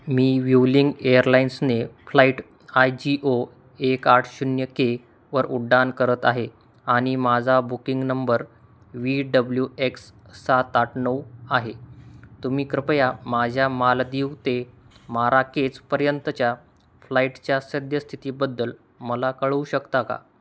मी view link air लाइन्सने flight I G O एक आठ शून्य केवर उड्डाण करत आहे आणि माझा booking number V W X सात आठ नऊ आहे तुम्ही कृपया माझ्या मालदीव ते माराकेचपर्यंतच्या फ्लाईटच्या सद्यस्थितीबद्दल मला कळवू शकता का